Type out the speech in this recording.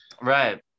right